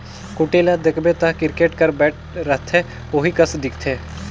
कुटेला ल देखबे ता किरकेट कर बैट रहथे ओही कस दिखथे